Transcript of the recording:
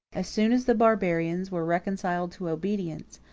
as soon as the barbarians were reconciled to obedience,